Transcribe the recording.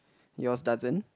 yours doesn't